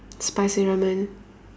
spicy ramen